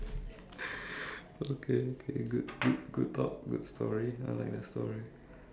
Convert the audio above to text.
okay okay good good good talk good story I like that story